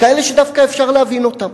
כאלה שדווקא אפשר להבין אותם.